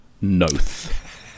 Noth